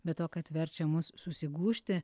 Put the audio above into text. be to kad verčia mus susigūžti